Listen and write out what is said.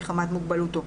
מחמת מוגבלותו.